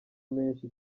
menshi